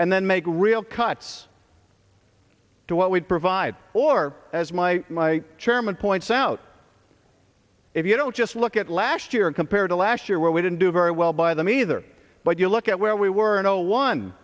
and then make real cuts to what we provide or as my my chairman point sout if you don't just look at last year compared to last year where we didn't do very well by them either but you look at where we were no one